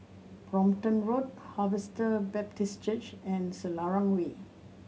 Brompton Road Harvester Baptist Church and Selarang Way